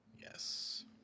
Yes